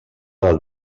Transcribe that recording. del